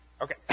Okay